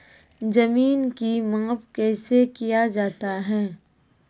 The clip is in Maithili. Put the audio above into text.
जमीन की माप कैसे किया जाता हैं?